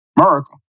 miracle